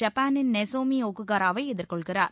ஜப்பானின் நொசோமி ஒக்குஹராவை எதிர்கொள்கிறார்